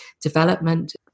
development